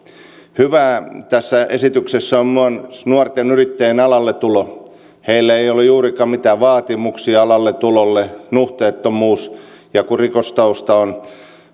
hyvää tässä esityksessä on myös nuorten yrittäjien alalle tulo heille ei ole juurikaan mitään vaatimuksia alalle tulolle nuhteettomuus ja kun rikostausta on